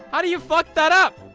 how did you fuck that up!